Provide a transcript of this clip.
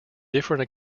different